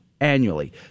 annually